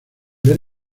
ver